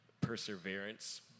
perseverance